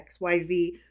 xyz